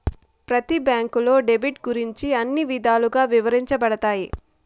ప్రతి బ్యాంకులో డెబిట్ గురించి అన్ని విధాలుగా ఇవరించబడతాయి